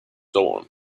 dawn